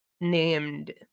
named